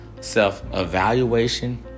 self-evaluation